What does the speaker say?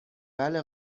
بله